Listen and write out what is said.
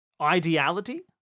Ideality